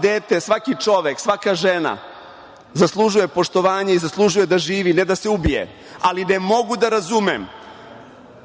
dete, svaki čovek, svaka žena zaslužuje poštovanje i zaslužuje da živi, ne da se ubije. Ali ne mogu da razumem